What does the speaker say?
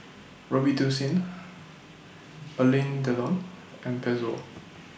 Robitussin Alain Delon and Pezzo